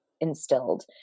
instilled